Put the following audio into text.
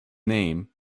name